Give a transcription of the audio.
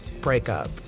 breakup